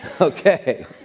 Okay